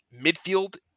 midfield